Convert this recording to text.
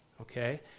okay